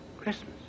Christmas